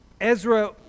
Ezra